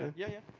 yeah, yeah.